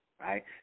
right